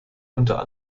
unter